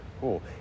Cool